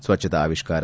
ಸ್ವಚ್ಛತಾ ಆವಿಷ್ಠಾರ